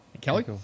Kelly